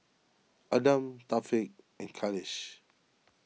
Adam Thaqif and Khalish